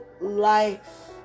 life